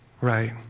right